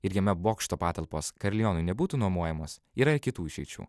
ir jame bokšto patalpos karilionui nebūtų nuomojamos yra ir kitų išeičių